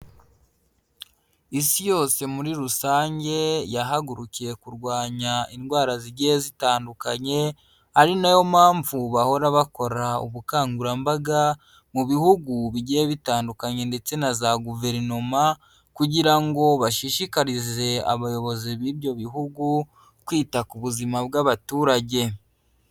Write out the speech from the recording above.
Isi yose muri rusange yahagurukiye kurwanya indwara zigiye zitandukanye, ari nayo mpamvu bahora bakora ubukangurambaga mu bihugu bigiye bitandukanye ndetse na za Guverinoma kugira ngo bashishikarize abayobozi b'ibyo bihugu kwita ku buzima bw'abaturage.